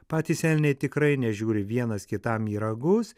patys elniai tikrai nežiūri vienas kitam į ragus